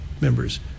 members